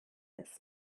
ist